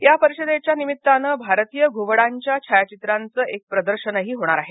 या परिषदेच्या निमित्तानं भारतीय घुबडांच्या छायाचित्रांचं एक प्रदर्शनही होणार आहे